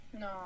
No